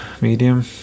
medium